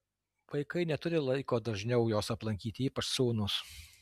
vaikai neturi laiko dažniau jos aplankyti ypač sūnus